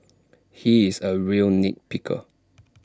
he is A real nit picker